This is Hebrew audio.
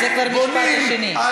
זה כבר המשפט השני.